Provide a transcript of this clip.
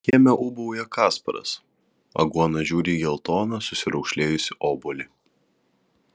kieme ūbauja kasparas aguona žiūri į geltoną susiraukšlėjusį obuolį